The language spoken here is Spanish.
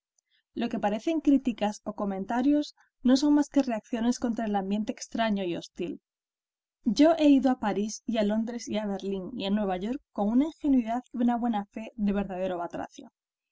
lo que parecen críticas o comentarios no son más que reacciones contra el ambiente extraño y hostil yo he ido a parís y a londres y a berlín y a nueva york con una ingenuidad y una buena fe de verdadero batracio